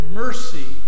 mercy